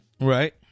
Right